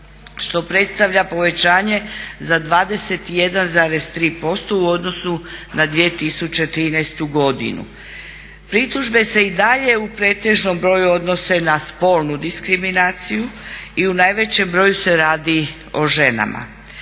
što predstavlja povećanje za 21,3% u odnosu na 2013.godinu. Pritužbe se i dalje u pretežnom broju odnose na spolnu diskriminaciju i u najvećem broju radi se o ženama.